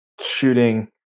shooting